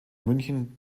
münchen